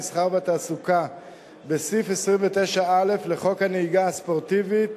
המסחר והתעסוקה בסעיף 29(א) לחוק הנהיגה הספורטיבית,